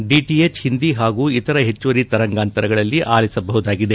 DTH Hindi ಹಾಗೂ ಇತರ ಹೆಚ್ಚುವರಿ ತರಂಗಾಂತರಗಳಲ್ಲಿ ಆಲಿಸಬಹುದಾಗಿದೆ